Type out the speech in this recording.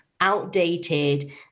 outdated